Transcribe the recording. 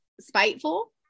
spiteful